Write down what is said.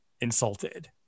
insulted